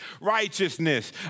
righteousness